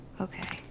Okay